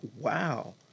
wow